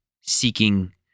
seeking